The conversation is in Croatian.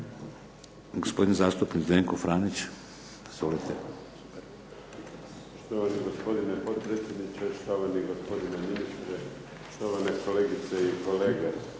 Gospodin zastupnik Zdenko Franić. Izvolite. **Franić, Zdenko (SDP)** Štovani gospodine potpredsjedniče, štovani gospodine ministre, štovane kolegice i kolege.